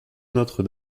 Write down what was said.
notre